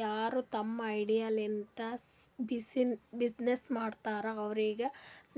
ಯಾರು ತಮ್ದು ಐಡಿಯಾ ಲಿಂತ ಬಿಸಿನ್ನೆಸ್ ಮಾಡ್ತಾರ ಅವ್ರಿಗ